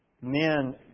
men